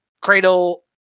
Cradle